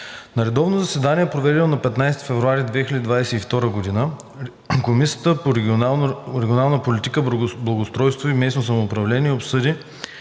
На редовно заседание, проведено на 15 февруари 2022 г., Комисията по регионална политика, благоустройство и местно самоуправление обсъди